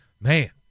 Man